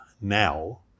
now